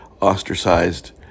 ostracized